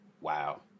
Wow